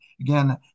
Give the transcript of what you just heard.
again